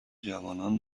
جوانان